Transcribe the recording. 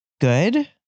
good